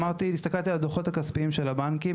אמרתי, הסתכלתי על הדוחות הכספיים של הבנקים.